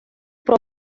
про